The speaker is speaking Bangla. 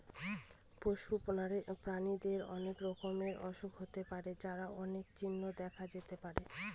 পশু প্রাণীদের অনেক রকমের অসুখ হতে পারে যার অনেক চিহ্ন দেখা যেতে পারে